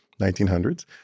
1900s